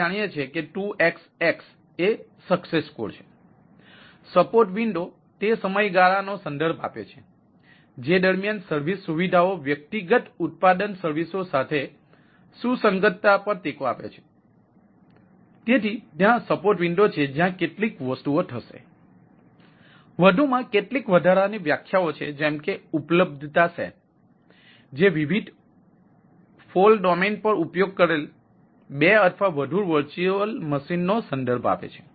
આપણે નિષ્ફળતા સંસાધનોનો સંદર્ભ આપે છે